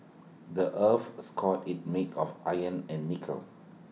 the Earth's core is made of iron and nickel